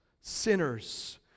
sinners